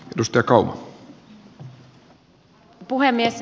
arvoisa puhemies